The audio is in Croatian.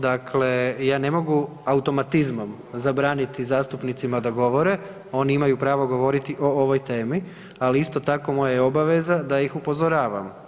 Dakle, ja ne mogu automatizmom zabraniti zastupnicima da govore, oni imaju pravo govoriti o ovoj temi, ali isto tako moja je obaveza da ih upozoravam.